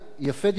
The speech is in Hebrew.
יפה דיברת,